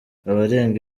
abarenga